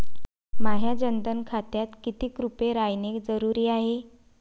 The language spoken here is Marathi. माह्या जनधन खात्यात कितीक रूपे रायने जरुरी हाय?